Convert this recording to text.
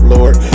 Lord